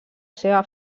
seva